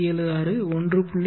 276 1